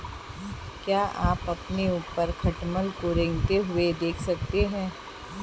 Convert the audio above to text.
क्या आप अपने ऊपर खटमल को रेंगते हुए देख सकते हैं?